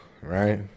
right